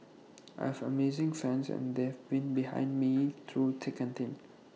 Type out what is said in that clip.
I have amazing fans and they've been behind me through thick and thin